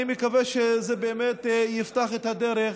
אני מקווה שזה באמת יפתח את הדרך